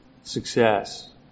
success